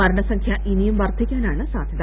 മരണസംഖ്യ ഇനിയും വർധിക്കാനാണ് സാധ്യത